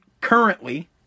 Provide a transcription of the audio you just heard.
currently